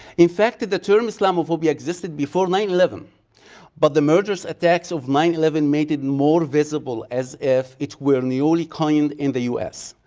in fact, the term islamophobia existed before nine eleven but the murderous attacks of nine eleven made it more visible as if it were newly coined in the us.